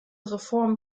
reform